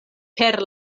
per